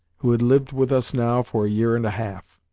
who had lived with us now for a year and a half.